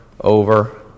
over